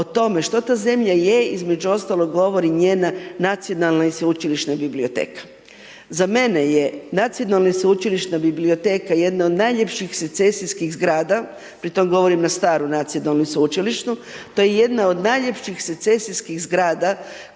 o tome što ta zemlja je, između ostaloga, govori njena Nacionalna i Sveučilišna biblioteka. Za mene je Nacionalna i Sveučilišna biblioteka jedna od najljepših secesijskih zgrada, pri tom govorim na staru Nacionalnu i Sveučilišnu, to je jedna od najljepših secesijskih zgrada